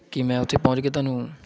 ਕੀ ਮੈਂ ਉੱਥੇ ਪਹੁੰਚ ਕੇ ਤੁਹਾਨੂੰ